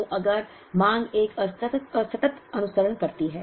तो अगर मांग एक असतत अनुसरण करती है